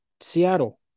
Seattle